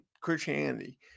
Christianity